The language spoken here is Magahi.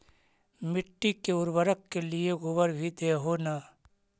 मिट्टी के उर्बरक के लिये गोबर भी दे हो न?